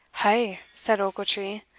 ay, said ochiltree,